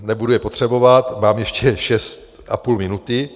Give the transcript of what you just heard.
Nebudu je potřebovat, mám ještě šest a půl minuty.